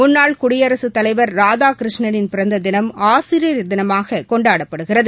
முன்னாள் குடியரசுத் தலைவர் ராதாகிருஷ்ணனின் பிறந்த தினம் ஆசிரியர் தினமாக கொண்டாடப்படுகிறது